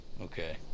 okay